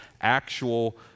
actual